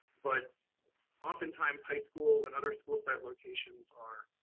but oftentimes high school and other school site locations are